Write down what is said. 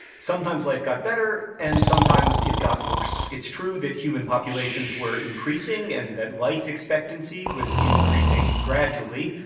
sometimes life got better, and sometimes it got worse. it's true that human populations were increasing and that life expectancy was increasing gradually,